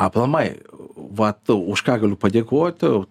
aplamai vat už ką galiu padėkot